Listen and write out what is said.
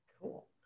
Cool